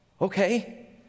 Okay